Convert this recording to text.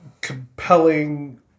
compelling